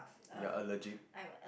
ya allergic